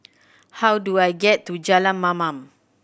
how do I get to Jalan Mamam